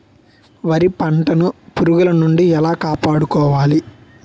వరి పంటను పురుగుల నుండి ఎలా కాపాడుకోవాలి?